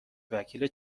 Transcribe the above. وکیل